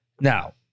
Now